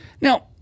Now